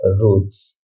roots